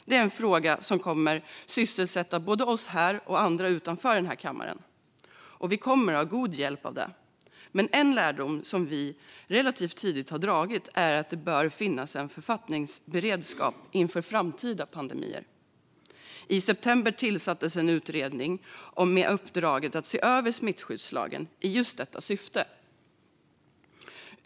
Det är en fråga som kommer att sysselsätta både oss här och andra utanför kammaren. Vi kommer att ha god hjälp av dem. Men en lärdom som vi relativt tidigt har dragit är att det bör finnas en författningsberedskap inför framtida pandemier. I september tillsattes en utredning med uppdraget att se över smittskyddslagen i just detta syfte.